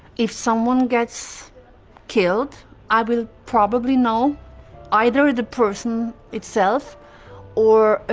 if someone gets killed i will probably know either the person itself or